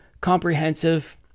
comprehensive